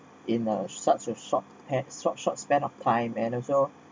in such a short span short short span of time and also